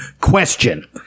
question